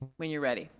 when you're ready.